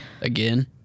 Again